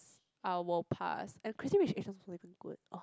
I will pass and Crazy Rich Asians wasn't even good !ugh!